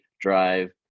drive